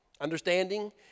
understanding